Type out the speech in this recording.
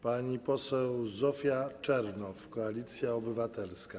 Pani poseł Zofia Czernow, Koalicja Obywatelska.